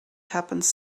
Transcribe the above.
happens